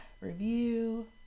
review